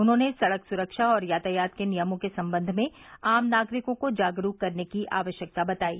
उन्होंने सड़क सुरक्षा और यातायात के नियमों के संबंध में आम नागरिकों को जागरूक करने की आवश्यकता बतायी